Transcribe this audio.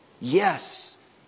Yes